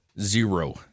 Zero